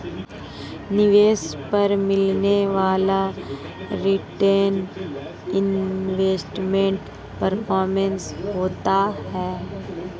निवेश पर मिलने वाला रीटर्न इन्वेस्टमेंट परफॉरमेंस होता है